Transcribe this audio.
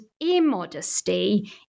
immodesty